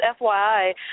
FYI